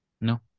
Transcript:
No